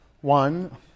One